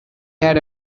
had